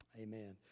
amen